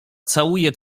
całuje